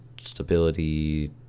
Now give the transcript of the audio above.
stability